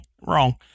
Wrong